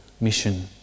mission